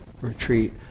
retreat